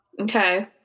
okay